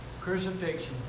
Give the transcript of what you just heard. crucifixion